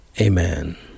Amen